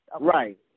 Right